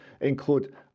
include